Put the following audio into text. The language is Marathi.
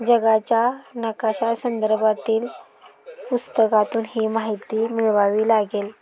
जगाच्या नकाशा संदर्भातील पुस्तकातून ही माहिती मिळवावी लागेल